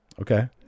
Okay